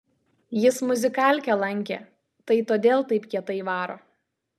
jis muzikalkę lankė tai todėl taip kietai varo